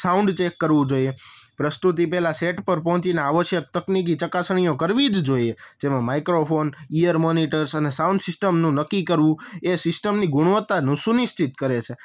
sound check કરવું જોઈએ પ્રસ્તુતિ પહેલાં સેટ પર પહોંચીને આવશ્યક તકનિકી ચકાસણીઓ કરવી જ જોઈએ જેમાં માઇક્રોફોન ઇયર મોનીટર્સ અને સાઉન્ડ સિસ્ટમનું નક્કી કરવું એ સિસ્ટમની ગુણવત્તાનું સુનિશ્ચિત કરે છે